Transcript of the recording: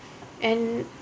and